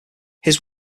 his